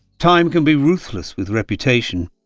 time can be ruthless with reputation.